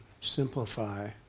simplify